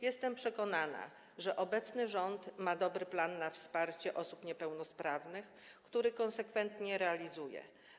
Jestem przekonana, że obecny rząd ma dobry plan wsparcia osób niepełnosprawnych, który konsekwentnie realizuje.